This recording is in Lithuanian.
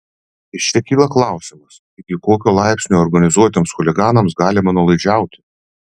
iš čia kyla klausimas iki kokio laipsnio organizuotiems chuliganams galima nuolaidžiauti